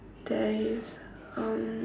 there is um